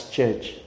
Church